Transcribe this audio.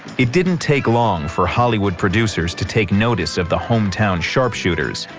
it didn't take long for hollywood producers to take notice of the hometown sharpshooters.